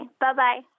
Bye-bye